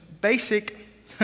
basic